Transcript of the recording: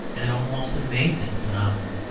an almost amazing phenomenon.